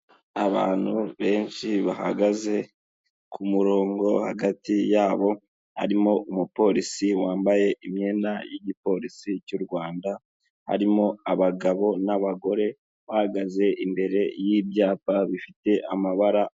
Abantu benshi bahagaze ku murongo, hagati yabo harimo umupolisi wambaye imyenda y'igipolisi cy'u Rwanda, harimo abagabo n'abagore bahagaze imbere y'ibyapa bifite amabara.